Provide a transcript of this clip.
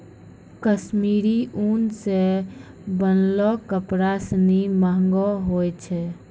कश्मीरी उन सें बनलो कपड़ा सिनी महंगो होय छै